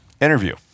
Interview